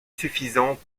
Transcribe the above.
suffisant